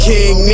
King